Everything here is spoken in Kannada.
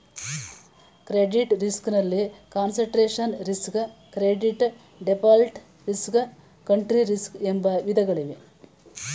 ಕ್ರೆಡಿಟ್ ರಿಸ್ಕ್ ನಲ್ಲಿ concentration risk, credit default risk, country risk ಎಂಬ ವಿಧಗಳಿವೆ